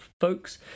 folks